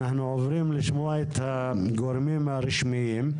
אנחנו עוברים לשמוע את הגורמים הרשמיים,